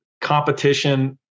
Competition